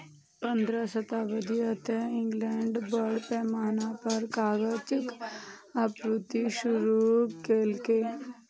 पंद्रहम शताब्दीक अंत मे इंग्लैंड बड़ पैमाना पर कागजक आपूर्ति शुरू केलकै